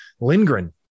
Lindgren